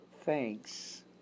thanks